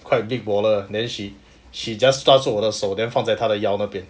quite big brother then she she just started 拉住我的手 then 放在她的腰那边